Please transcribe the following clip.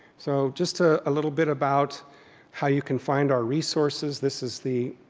so just a little bit about how you can find our resources. this is the